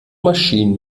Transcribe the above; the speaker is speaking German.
maschinen